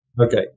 Okay